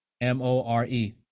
M-O-R-E